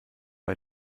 bei